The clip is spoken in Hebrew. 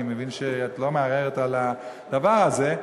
ואני מבין שאת לא מערערת על הדבר הזה.